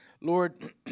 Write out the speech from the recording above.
Lord